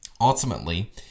ultimately